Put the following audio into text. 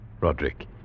Roderick